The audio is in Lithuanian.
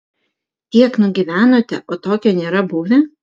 tiek nugyvenote o tokio nėra buvę